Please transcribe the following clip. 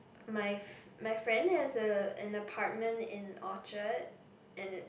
my f~ my friend has a an apartment in Orchard and it